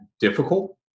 difficult